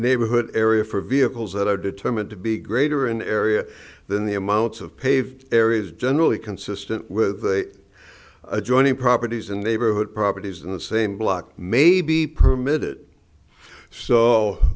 neighborhood area for vehicles that are determined to be greater in area than the amounts of paved areas generally consistent with the adjoining properties in the neighborhood properties in the same block may be permitted so